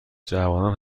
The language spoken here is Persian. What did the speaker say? جوانان